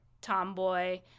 tomboy